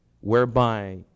whereby